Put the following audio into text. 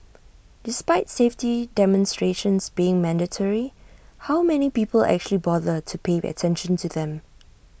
despite safety demonstrations being mandatory how many people actually bother to pay attention to them